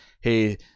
hey